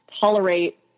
tolerate